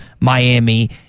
Miami